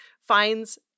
finds